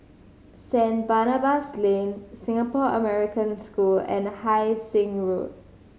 Saint Barnabas Lane Singapore American School and Hai Sing Road